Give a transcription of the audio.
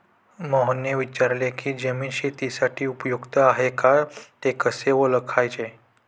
मोहनने विचारले की जमीन शेतीसाठी उपयुक्त आहे का ते कसे ओळखायचे?